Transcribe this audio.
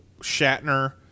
Shatner